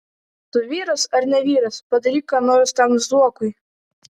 tu vyras ar ne vyras padaryk ką nors tam zuokui